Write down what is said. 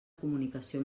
comunicació